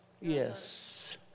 Yes